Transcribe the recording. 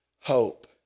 hope